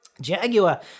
Jaguar